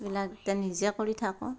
সেইবিলাক এতিয়া নিজেই কৰি থাকোঁ